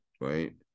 right